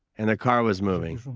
and the car was moving,